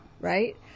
right